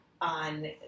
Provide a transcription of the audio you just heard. on